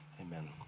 Amen